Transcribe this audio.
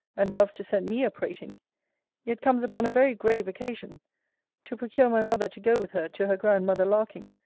and loves to set me a prating yet comes upon a very grave occasion to procure my mother to go with her to her grandmother larking,